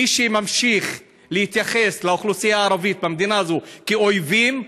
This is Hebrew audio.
מי שממשיך להתייחס לאוכלוסייה הערבית במדינה הזאת כאל אויבים,